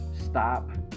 stop